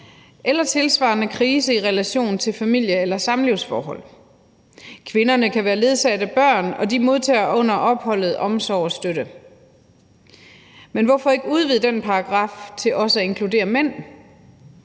eller tilsvarende krise i relation til familie- eller samlivsforhold. Kvinderne kan være ledsaget af børn, og de modtager under opholdet omsorg og støtte.« Men hvorfor ikke udvide den paragraf til også at inkludere mænd?